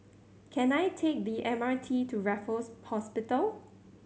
can I take the M R T to Raffles Hospital